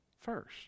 first